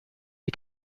est